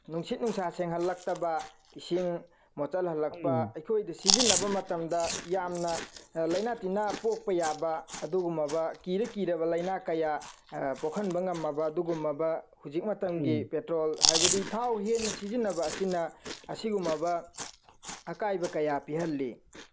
ꯅꯨꯡꯁꯤꯠ ꯅꯨꯡꯁꯥ ꯁꯦꯡꯍꯜꯂꯛꯇꯕ ꯏꯁꯤꯡ ꯃꯣꯠꯁꯤꯜꯍꯜꯂꯛꯄ ꯑꯩꯈꯣꯏꯗ ꯁꯤꯖꯤꯟꯅꯕ ꯃꯇꯝꯗ ꯌꯥꯝꯅ ꯂꯩꯅꯥ ꯇꯤꯟꯅꯥ ꯄꯣꯛꯄ ꯌꯥꯕ ꯑꯗꯨꯒꯨꯝꯂꯕ ꯀꯤꯔ ꯀꯤꯔꯕ ꯂꯩꯅꯥ ꯀꯌꯥ ꯄꯣꯛꯍꯟꯕ ꯉꯝꯃꯕ ꯑꯗꯨꯒꯨꯝꯂꯕ ꯍꯧꯖꯤꯛ ꯃꯇꯝꯒꯤ ꯄꯦꯇ꯭ꯔꯣꯜ ꯍꯥꯏꯕꯗꯤ ꯊꯥꯎ ꯍꯦꯟꯅ ꯁꯤꯖꯤꯟꯅꯕ ꯑꯁꯤꯅ ꯑꯁꯤꯒꯨꯝꯂꯕ ꯑꯀꯥꯏꯕ ꯀꯌꯥ ꯄꯤꯍꯜꯂꯤ